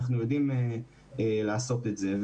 אנחנו יודעים לעשות את זה.